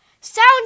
Sound